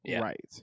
Right